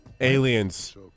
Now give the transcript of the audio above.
Aliens